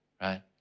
Right